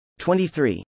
23